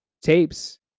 tapes